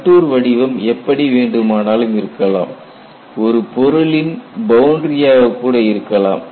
contour வடிவம் எப்படி வேண்டுமானாலும் இருக்கலாம் ஒரு பொருளின் பவுண்டரியாக கூட இருக்கலாம்